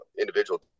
individual